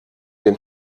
dem